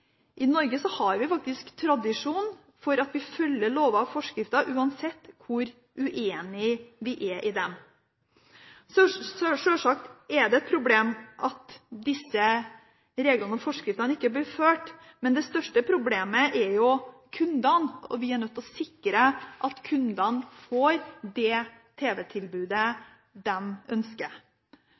I Norge har vi faktisk tradisjon for at vi følger lover og forskrifter uansett hvor uenige vi er i dem. Sjølsagt er det et problem at disse reglene og forskriftene ikke blir fulgt, men det største problemet er jo kundene, og vi er nødt til å sikre at kundene får det tv-tilbudet de ønsker.